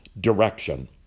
direction